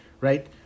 right